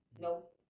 Nope